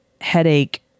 headache